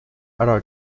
ära